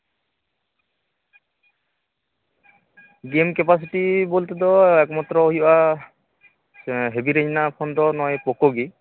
ᱜᱮᱢ capacity ᱵᱚᱞᱛᱮ ᱫᱚ ᱮᱠᱢᱟᱛᱨᱚ ᱦᱩᱭᱩᱜᱼᱟ ᱦᱮᱵᱤ ᱨᱮᱧᱡᱽ ᱨᱮᱱᱟᱜ ᱯᱷᱳᱱᱫᱚ ᱱᱚᱜᱼᱚᱭ ᱯᱚᱠᱳ ᱜᱮ